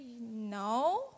no